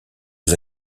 les